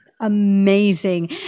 amazing